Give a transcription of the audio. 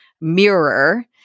mirror